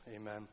amen